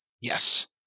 Yes